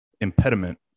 impediment